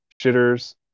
Shitters